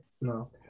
No